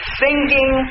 singing